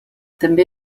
també